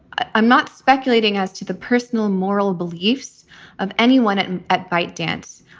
i'm not speculating as to the personal moral beliefs of anyone at and at fight dance.